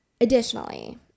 Additionally